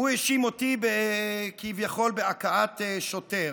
הוא האשים אותי, כביכול, בהכאת שוטר.